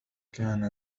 كان